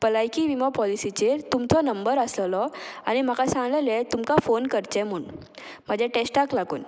भलायकी विमा पॉलिसीचेर तुमचो नंबर आसलेलो आनी म्हाका सांगलेले तुमकां फोन करचें म्हूण म्हाज्या टॅस्टाक लागून